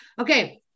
okay